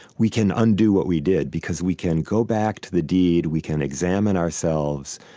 we can undo what we did, because we can go back to the deed, we can examine ourselves,